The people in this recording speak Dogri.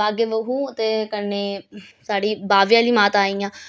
बागे बहू ते कन्नै साढ़ी बाबे आह्ली माता आई गेइयां